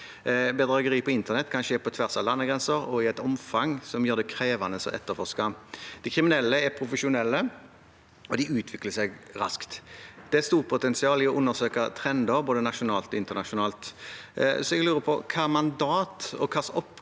Bedrageri på internett kan skje på tvers av landegrenser og i et omfang som gjør det krevende å etterforske. De kriminelle er profesjonelle, og det utvikler seg raskt. Det er stort potensial i å undersøke trender, både nasjonalt og internasjonalt. Jeg lurer på hvilket mandat og hvilke oppgaver